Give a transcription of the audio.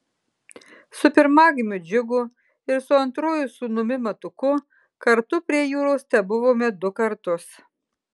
su pirmagimiu džiugu ir su antruoju sūnumi matuku kartu prie jūros tebuvome du kartus